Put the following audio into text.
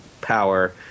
power